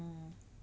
mm